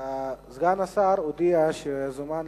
סגן השר הודיע שהוא זומן